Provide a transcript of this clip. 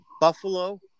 Buffalo